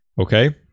Okay